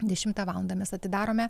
dešimtą valandą mes atidarome